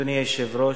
אדוני היושב-ראש,